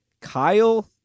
Kyle